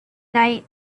night